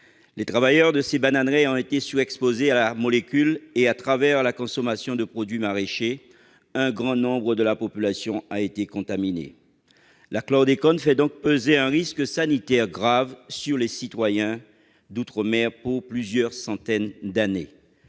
Les travailleurs de ces bananeraies ont été surexposés à la molécule et, par la consommation de produits maraîchers, un grand nombre de la population a été contaminé. La chlordécone fait donc peser un risque sanitaire grave sur les citoyens d'outre-mer pour plusieurs centaines d'années.